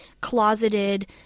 closeted